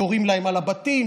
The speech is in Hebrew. יורים להם על הבתים,